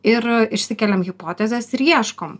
ir išsikeliam hipotezes ir ieškom